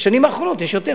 בשנים האחרונות יש יותר.